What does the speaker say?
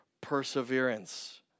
perseverance